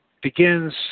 begins